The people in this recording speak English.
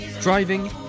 driving